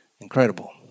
Incredible